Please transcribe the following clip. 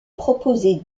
proposer